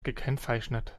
gekennzeichnet